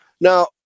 Now